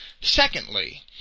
Secondly